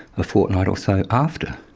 a fortnight or so after.